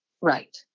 Right